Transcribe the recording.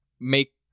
make